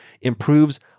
improves